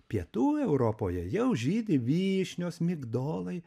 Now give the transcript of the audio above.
pietų europoje jau žydi vyšnios migdolai